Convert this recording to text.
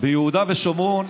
ביהודה ושומרון.